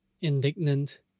Indignant